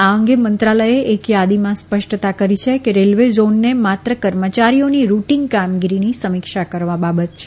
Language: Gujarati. આ અંગે મંત્રાલયે એક થાદીમાં સ્પષ્ટતા કરી છે કે રેલવે ઝોનને માત્ર કર્મચારીઓની રૂટીંગ કામગીરીની સમીક્ષા કરવા બાબતે છે